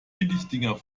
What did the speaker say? billigdinger